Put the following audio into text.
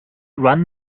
run